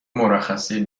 مرخصی